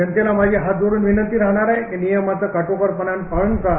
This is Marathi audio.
जनतेला माझी हात जोडून विनंती राहणार आहे की नियमांचे काटेकोरपणाने पालन करा